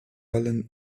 allen